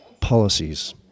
policies